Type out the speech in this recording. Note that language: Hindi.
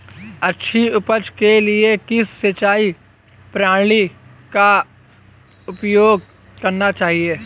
अच्छी उपज के लिए किस सिंचाई प्रणाली का उपयोग करना चाहिए?